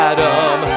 Adam